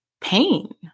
pain